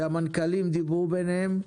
שהמנכ"לים דיברו ביניהם,